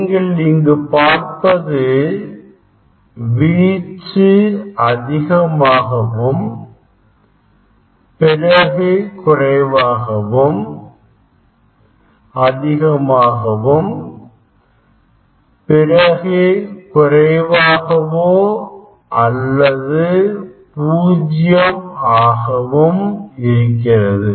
நீங்கள் இங்கு பார்ப்பது வீச்சு அதிகமாகவும் பிறகு குறைவாகவும் அதிகமாகவும் பிறகு குறைவாகவோ அல்லது பூஜ்யம் ஆகவும் இருக்கிறது